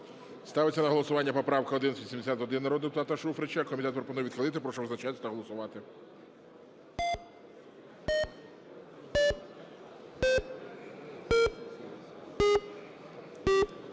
Ставиться на голосування поправка 1181 народного депутата Шуфрича. Комітет пропонує відхилити. Прошу визначатися та голосувати.